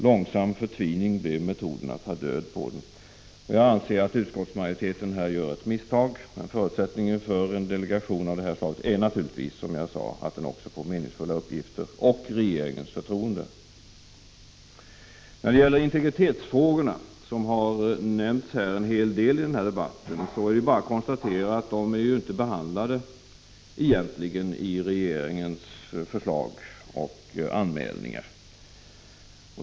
Långsam förtvining blev metoden att ta — Prot. 1985/86:53 död på den. Jag anser att utskottsmajoriteten här gör ett misstag. Förutsätt 17 december 1985 ningen för en delegation av det här slaget är naturligtvis att den får meningsfulla uppgifter och regeringens förtroende. När det gäller integritetsfrågorna, som har nämnts under debatten, är det bara att konstatera att de egentligen inte behandlas i regeringsförslaget.